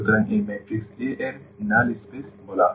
সুতরাং এটিকে matrix A এর নাল স্পেস বলা হয়